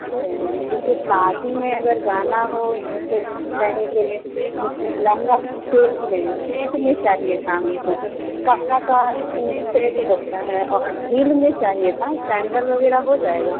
ठीक है जैसे पार्टी में अगर जाना हो जैसे कहीं पर जैसे लहंगा के सेट में सेट में चाहिए था हमको कपरा का सेट होता है और हील में चाहिए था सैंडल वगैरह हो जाएगा